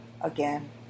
again